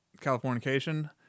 Californication